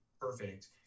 perfect